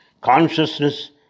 consciousness